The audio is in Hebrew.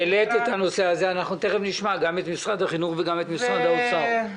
תכף נשמע את משרד החינוך ואת משרד האוצר.